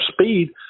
speed